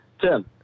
Tim